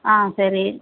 ஆ சரி